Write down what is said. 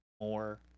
more